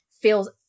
feels